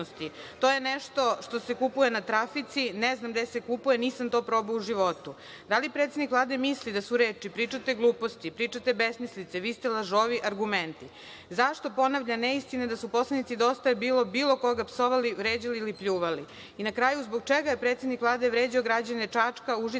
to je nešto što se kupuje na trafici, ne znam gde se kupuje, nisam to probao u životu? Da li predsednik Vlade misli da su reči – pričate gluposti, pričate besmislice, vi ste lažovi, argumenti? Zašto ponavlja neistine da su poslanici DJB bilo koga psovali, vređali ili pljuvali? I na kraju, zbog čega je predsednik Vlade vređao građane Čačka, Užica,